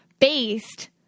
based